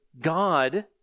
god